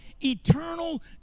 eternal